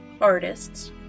artists